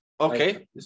Okay